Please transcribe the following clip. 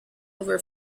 over